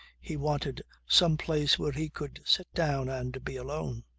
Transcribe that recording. he wanted some place where he could sit down and be alone.